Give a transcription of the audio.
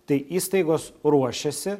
tai įstaigos ruošiasi